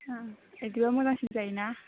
अ बिदिबा मोजांसिन जायो ना